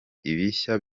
ibishya